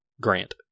Grant